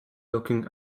looking